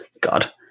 God